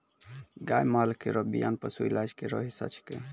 गाय माल केरो बियान पशु इलाज केरो हिस्सा छिकै